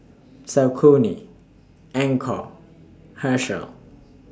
Saucony Anchor Herschel